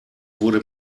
wurde